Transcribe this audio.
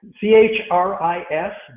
C-H-R-I-S